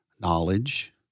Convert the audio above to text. knowledge